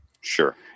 Sure